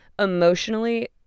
emotionally